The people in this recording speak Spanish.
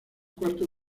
cuarto